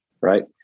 right